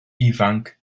ifanc